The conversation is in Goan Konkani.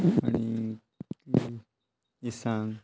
आनी मिरसांग